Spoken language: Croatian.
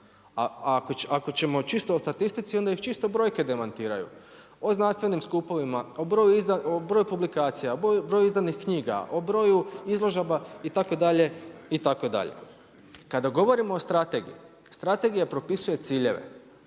a ako ćemo čisto o statistici onda ih čisto brojke demantiraju o znanstvenim skupovima, o broju publikacija, o broju izdanih knjiga, o broju izložaba itd. itd. Kada govorimo o strategiji, strategija propisuje ciljeve.